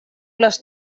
les